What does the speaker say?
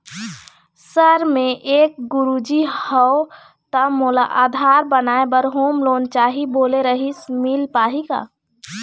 Sir मे एक गुरुजी हंव ता मोला आधार बनाए बर होम लोन चाही बोले रीहिस मील पाही का?